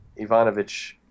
Ivanovic